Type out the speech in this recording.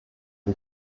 die